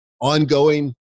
ongoing